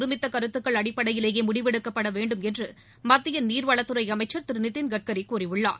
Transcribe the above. நகிமீர் கருத்துக்கள் அடிப்படையிலேயே முடிவெடுக்கப்பட வேண்டும் என்று மத்திய நீர்வளத்துறை அமைச்சர் திரு நிதின்கட்கரி கூறியுள்ளார்